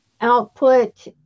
output